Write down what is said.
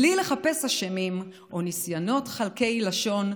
בלי לחפש אשמים או ניסיונות חלקי לשון,